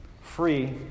Free